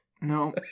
No